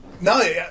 No